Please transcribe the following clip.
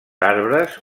arbres